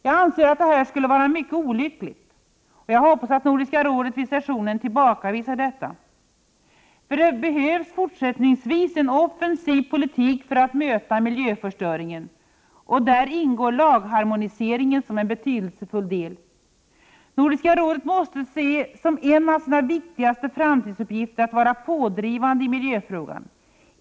Det anser jag skulle vara mycket olyckligt, och jag hoppas att Nordiska rådet vid sessionen tillbakavisar detta. Det behövs fortsättningsvis en offensiv politik för att möta miljöförstöringen, och där ingår lagharmonisering som en betydelsefull del. Nordiska rådet måste se som en av sina viktigaste framtidsuppgifter att vara pådrivande i miljöfrågan.